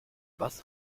was